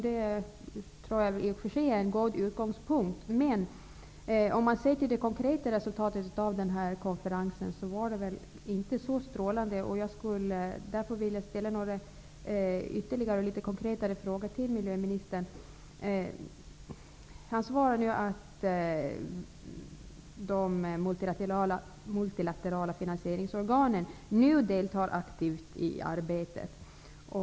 Det är i och för sig en god utgångspunkt. Men om man ser till det konkreta resultatet av den här konferensen är väl det inte så strålande. Jag vill därför ställa ytterligare några konkreta frågor till miljöministern. Miljöministern säger att de multilaterala finansieringsorganen nu aktivt deltar i arbetet.